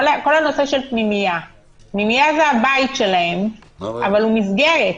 פנימייה זה הבית שלהם, אבל גם מסגרת.